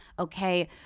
Okay